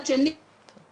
בוקר טוב.